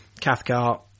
Cathcart